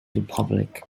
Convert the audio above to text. republic